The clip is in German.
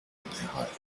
erhalten